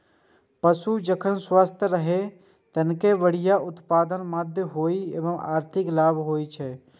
पशु जखन स्वस्थ रहै छै, तखने बढ़िया उत्पादनक माध्यमे ओइ सं आर्थिक लाभ होइ छै